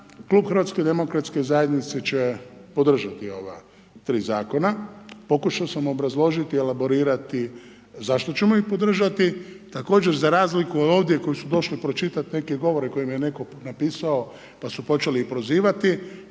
Klub HDZ-a će podržati ova tri zakona. Pokušao sam obrazložiti i elaborirati zašto ćemo ih podržati. Također za razliku od ovdje koji su došli pročitati neke govore koje im je netko napisao pa su počeli i prozivati